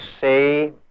say